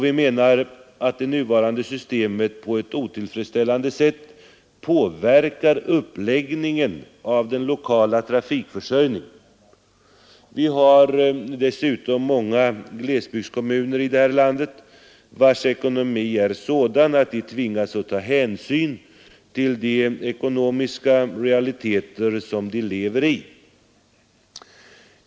Vi menar också att det nuvarande systemet på ett otillfredsställande sätt påverkar uppläggningen av den lokala trafikförsörjningen. Dessutom finns det många glesbygdskommuner i det här landet vilkas ekonomi är sådan att de tvingas att ta hänsyn till de ekonomiska realiteter som vi lever i.